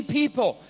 people